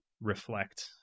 reflect